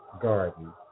Garden